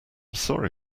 sorry